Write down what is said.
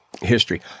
history